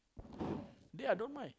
they are don't mind